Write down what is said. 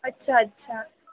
अच्छा अच्छा